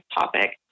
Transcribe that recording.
topic